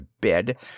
bed